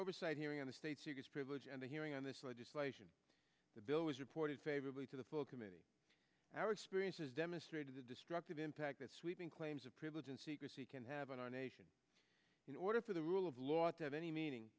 oversight hearing on the state secrets privilege and a hearing on this legislation the bill was reported favorably to the full committee our experience has demonstrated the destructive impact that sweeping claims of privilege and secrecy can have on our nation in order for the rule of law to have any meaning